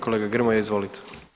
Kolega Grmoja izvolite.